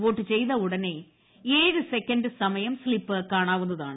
vote ചെയ്തയുടനെ ഏഴ് second ക്സ്മ്യാ് സ്ലിപ്പ് കാണാവുന്നതാണ്